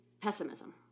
pessimism